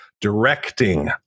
directing